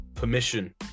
permission